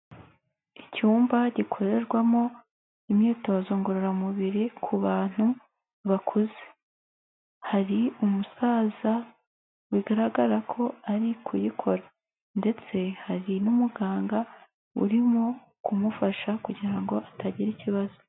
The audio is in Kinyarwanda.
Icyumba gikorerwamo imyitozo ngororamubiri ku bantu bakuze, hari umusaza bigaragara ko ari kuyikora ndetse hari n'umuganga urimo kumufasha kugira ngo atagira ikibazo.